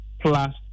plus